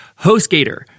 HostGator